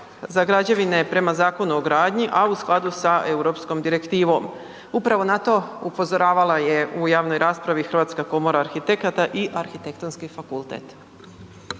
za građevine prema Zakonu o gradnji, a u skladu sa europskom direktivom? Upravo na to upozoravala je u javnoj raspravi Hrvatska komora arhitekata i Arhitektonski fakultet.